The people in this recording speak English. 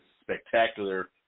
spectacular